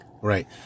Right